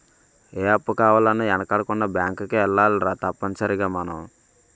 ఏ అప్పు కావాలన్నా యెనకాడకుండా బేంకుకే ఎల్లాలిరా తప్పనిసరిగ మనం